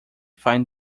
fine